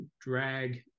drag